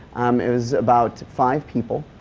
um it was about five people